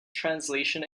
translation